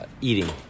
eating